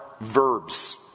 verbs